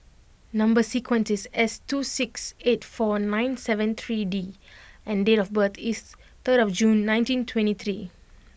number sequence is S two six eight four nine seven three D and date of birth is third June nineteen twenty three